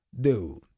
dude